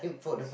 cause